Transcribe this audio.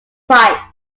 fight